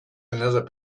another